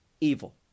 evil